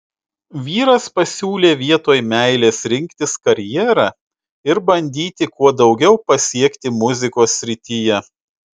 vyras pasiūlė vietoj meilės rinktis karjerą ir bandyti kuo daugiau pasiekti muzikos srityje